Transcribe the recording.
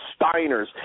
Steiners